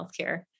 healthcare